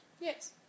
Yes